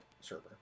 server